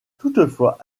toutefois